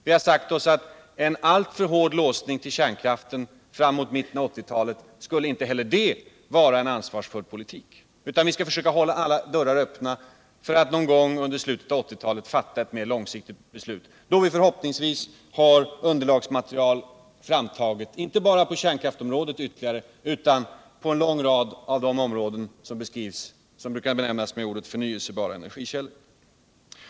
Vi har sagt oss att inte heller en alltför hård låsning till kärnkraften framåt mitten av 1980-talet skulle vara en ansvarsfull politik. I stället skall vi försöka hålla alla dörrar öppna för att under slutet av 1980-talet fatta ett mer långsiktigt beslut. Då har vi förhoppningsvis underlagsmaterial framtaget, inte bara på kärnkraftsområdet utan på en lång rad av de övriga områden som är relevanta i detta sammanhang.